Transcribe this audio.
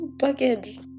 package